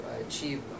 achieve